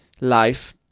life